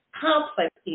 complex